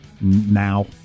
now